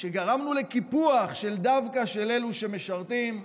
שגרמנו לקיפוח דווקא של אלו שמשרתים,